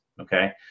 okay